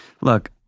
Look